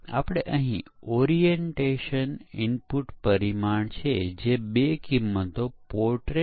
આપણે અહીં ચર્ચા કરી રહ્યાં છે તેનું મુખ્ય કારણ ખામીયુક્ત ક્લસ્ટરીંગ છે